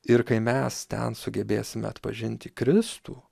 ir kai mes ten sugebėsime atpažinti kristų